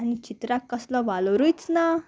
आनी चित्राक कसलो वालोरूयच ना